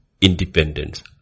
independence